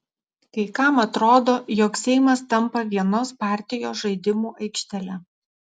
kai kam atrodo jog seimas tampa vienos partijos žaidimų aikštele